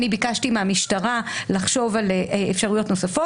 אני ביקשתי מהמשטרה לחשוב על אפשרויות נוספות.